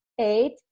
eight